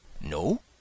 No